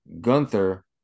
Gunther